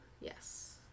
Yes